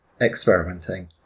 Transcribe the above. experimenting